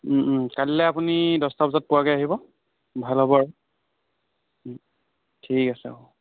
কাইলৈ আপুনি দহটা বজাত পোৱাকৈ আহিব ভাল হ'ব আৰু ঠিক আছে অঁ